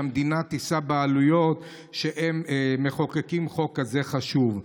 שהמדינה תישא בעלויות כשהם מחוקקים חוק כזה חשוב.